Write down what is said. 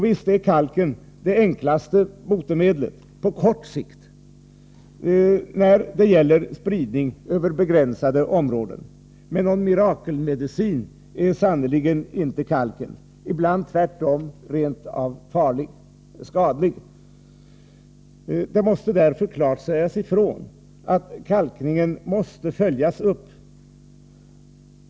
Visst är kalkningen det enklaste botemedlet på kort sikt när det gäller spridning över begränsade områden. Men någon mirakelmedicin är sannerligen inte kalken. Tvärtom kan den ibland vara rent av skadlig. Det måste därför klart sägas ifrån att kalkningen måste följas upp.